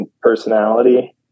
personality